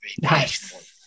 Nice